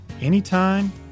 anytime